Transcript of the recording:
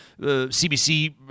CBC